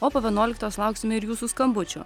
o po vienuoliktos lauksime ir jūsų skambučių